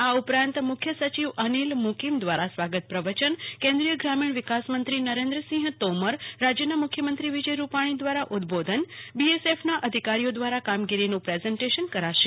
આ ઉપરાંત મુખ્ય સચિવ અનીલ મુકીમ દ્વારા સ્વાગત પ્રવચન કેન્દ્રીય ગરમીન વિકાસ મંત્રી નરેન્દ્રસિંહ તોમર રાજ્યના મુખ્યમંત્રી વિજય રૂપાણી દ્વારા ઉદબોધન બીએસ એફ ના અધિકારીઓ દ્વારા કામગીરીનું પ્રેઝન્ટેશન કરાશે